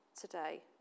today